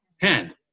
hand